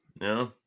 no